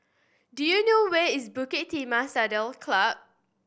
do you know where is Bukit Timah Saddle Club